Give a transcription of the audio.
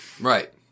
Right